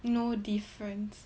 no difference